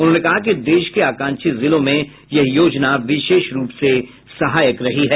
उन्होंने कहा कि देश के आकांक्षी जिलों में यह योजना विशेष रूप से सहायक रही है